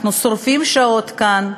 אנחנו שורפים שעות כאן,